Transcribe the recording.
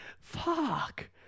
Fuck